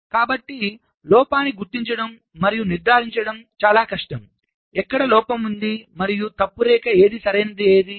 కాబట్టి లోపాన్ని గుర్తించడం మరియు నిర్ధారించడం చాలా కష్టం ఎక్కడ లోపం ఉంది మరియు తప్పు రేఖ ఏది సరైనది ఏది